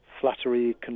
flattery